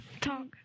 Talk